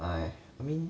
哎 I mean